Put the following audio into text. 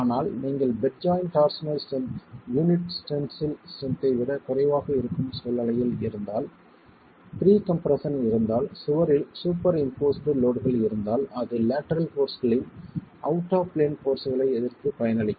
ஆனால் நீங்கள் bed joint torsional strength unit tensile ஸ்ட்ரென்த்தை விட குறைவாக இருக்கும் சூழ்நிலையில் இருந்தால் ப்ரீகம்ப்ரஷன் இருந்தால் சுவரில் சூப்பர் இம்போஸ்ட் லோட்கள் இருந்தால் அது லேட்டரல் போர்ஸ்களின் அவுட் ஆப் பிளேன் போர்ஸ்களை எதிர்த்துப் பயனளிக்கும்